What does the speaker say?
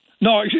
No